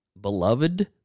beloved